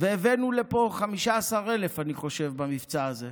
הבאנו לפה 15,000, אני חושב, במבצע הזה.